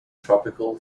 tropical